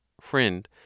Friend